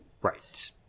Right